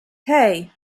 hey